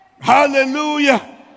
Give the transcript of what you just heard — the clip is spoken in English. Hallelujah